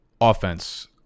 offense